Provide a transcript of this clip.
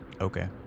okay